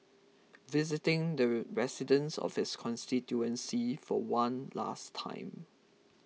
visiting the residents of his constituency for one last time